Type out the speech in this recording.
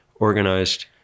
organized